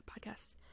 podcast